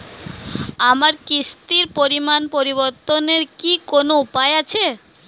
আমার কিস্তির পরিমাণ পরিবর্তনের কি কোনো উপায় আছে?